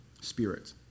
spirit